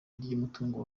ry’umutungo